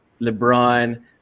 LeBron